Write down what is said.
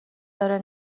داره